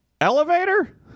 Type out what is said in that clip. elevator